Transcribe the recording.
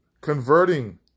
converting